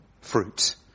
fruit